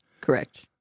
Correct